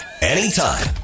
anytime